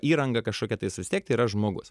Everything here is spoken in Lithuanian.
įranga kažkokia tais vis tiek tai yra žmogus